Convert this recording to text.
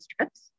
trips